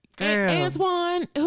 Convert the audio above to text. Antoine